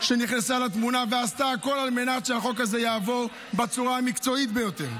שנכנסה לתמונה ועשתה הכול על מנת שהחוק הזה יעבור בצורה המקצועית ביותר.